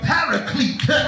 Paraclete